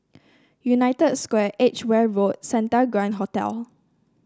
United Square Edgeware Road and Santa Grand Hotel